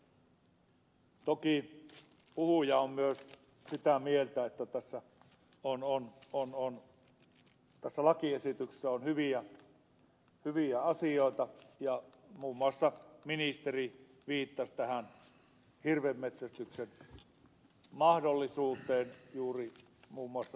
toki puhuja on myös sitä mieltä että tässä lakiesityksessä on hyviä asioita ja muun muassa ministeri viittasi tähän hirvenmetsästyksen mahdollisuuteen juuri muun muassa liikenneturvallisuussyistä